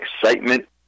excitement